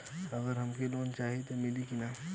अगर हमके लोन चाही त मिली की ना?